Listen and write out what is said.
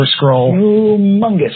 humongous